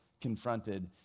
confronted